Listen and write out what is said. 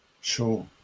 Sure